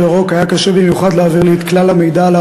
ירוק" היה קשה במיוחד להעביר לי את כלל המידע על